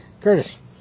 Curtis